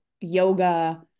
yoga